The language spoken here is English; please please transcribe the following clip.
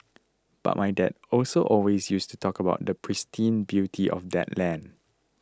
but my dad also always used to talk about the pristine beauty of that land